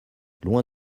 loin